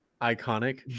iconic